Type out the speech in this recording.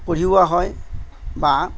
কঢ়িওৱা হয় বা